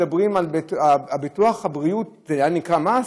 וביטוח הבריאות היה נקרא מס?